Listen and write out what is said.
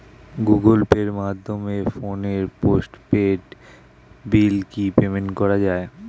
Google পের মাধ্যমে ফোনের পোষ্টপেইড বিল কি পেমেন্ট করা যায়?